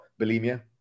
bulimia